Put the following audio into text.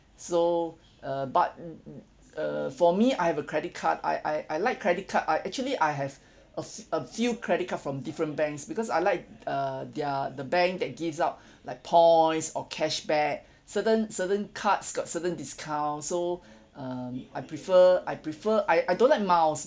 so uh but mm mm uh for me I have a credit card I I I like credit card I actually I have a f~ a few credit card from different banks because I like err their the bank that gives out like points or cashback certain certain cards got certain discounts so um I prefer I prefer I I don't like miles